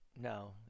no